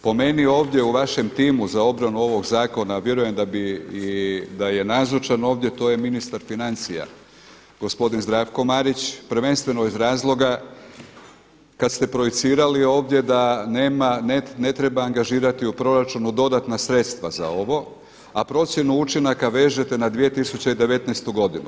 Po meni ovdje u vašem timu za obranu ovog zakona a vjerujem da bi i da je nazočan ovdje to je ministar financija gospodin Zdravko Marić prvenstveno iz razloga kad ste projicirali ovdje da nema, ne treba angažirati u proračunu dodatna sredstva za ovo, a procjenu učinaka vežete na 2019. godinu.